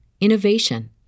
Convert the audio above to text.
innovation